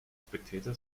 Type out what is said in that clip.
spectator